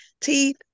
teeth